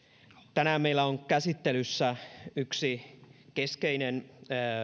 tänään meillä on käsittelyssä yksi keskeinen